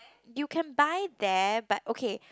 you can buy there but okay